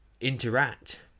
interact